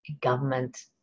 government